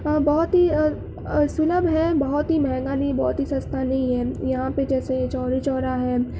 بہت ہی سلبھ ہے بہت ہی مہنگا نہیں بہت ہی سستا نہیں ہے یہاں پہ جیسے چوری چورا ہے